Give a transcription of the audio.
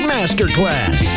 Masterclass